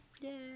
Yay